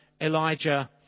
Elijah